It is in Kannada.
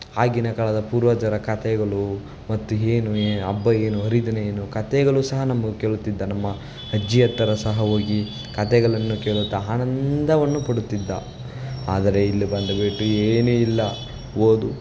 ಆಗಿನ ಕಾಲದ ಪೂರ್ವಜರ ಕಥೆಗಳು ಮತ್ತು ಏನು ಏ ಹಬ್ಬ ಏನು ಹರಿದಿನ ಏನು ಕಥೆಗಳು ಸಹ ನಮ್ಮನ್ನು ಕೇಳುತ್ತಿದ್ದ ನಮ್ಮ ಅಜ್ಜಿ ಹತ್ತಿರ ಸಹ ಹೋಗಿ ಕಥೆಗಳನ್ನು ಕೇಳುತ್ತಾ ಆನಂದವನ್ನು ಪಡುತ್ತಿದ್ದ ಆದರೆ ಇಲ್ಲಿ ಬಂದ್ಬಿಟ್ಟು ಏನೂ ಇಲ್ಲ ಓದು